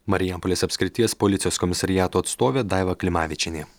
marijampolės apskrities policijos komisariato atstovė daiva klimavičienė